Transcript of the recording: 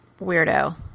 weirdo